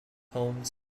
holmes